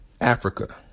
Africa